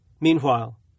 Meanwhile